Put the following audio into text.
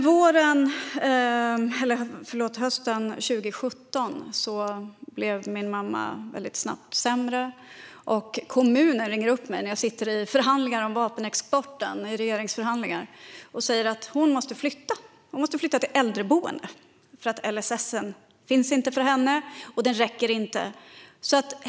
Hösten 2017 blir min mamma väldigt snabbt sämre. Kommunen ringer upp mig, när jag sitter i regeringsförhandlingar om vapenexporten, och säger att hon måste flytta till äldreboende. LSS finns inte för henne och hade ändå inte räckt.